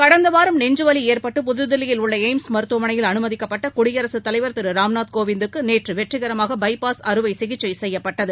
கடந்த வாரம் நெஞ்சுவலி ஏற்பட்டு புதுதில்லியில் உள்ள அனுமதிக்கப்பட்ட குடியரசுத் தலைவர் திரு ராம்நாத் கோவிந்துக்கு நேற்று வெற்றிகரமாக பைபாஸ் அறுவை சிகிச்சை செய்யப்பட்டது